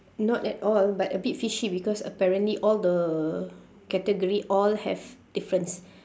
not at all but a bit fishy because apparently all the category all have difference